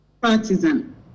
partisan